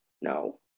no